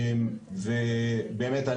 ובאמת,